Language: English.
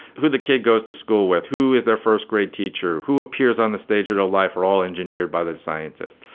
the kid goes to school with who is their first grade teacher, who appears on the stage at a life or all engineered by the scientists.